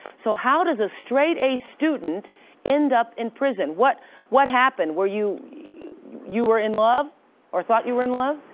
so how does a straight a student end up in prison? what what happened? were you you were in love or thought you were in love?